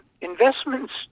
investments